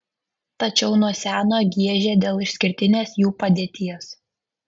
tačiau nuo seno giežė dėl išskirtinės jų padėties